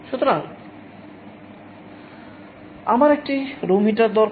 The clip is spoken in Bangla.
সুতরাং আমার একটি রুম হিটার দরকার